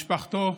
משפחתו,